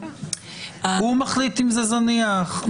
הוא מחליט אם זה זניח?